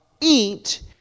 eat